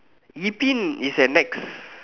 Yi-Pin is at Nex